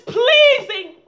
pleasing